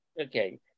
Okay